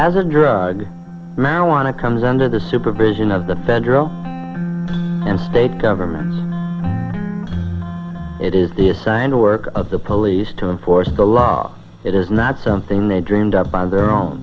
as a drug marijuana comes under the supervision of the federal and state governments it is the assigned work of the police to enforce the law it is not something they dreamed up by their own